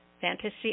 Fantasy